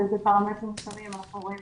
בפרמטרים אחדים אנחנו רואים